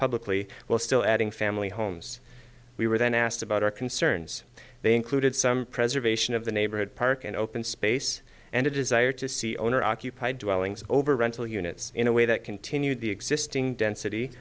publicly while still adding family homes we were then asked about our concerns they included some preservation of the neighborhood park and open space and a desire to see owner occupied dwelling over rental units in a way that continued the existing density